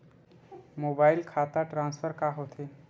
Mobile खाता transfer का होथे?